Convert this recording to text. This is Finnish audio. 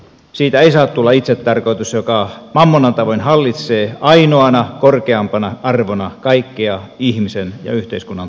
siitä ei saa tulla itsetarkoitus joka mammonan tavoin hallitsee ainoana korkeampana arvona kaikkea ihmisen ja yhteiskunnan toimintaa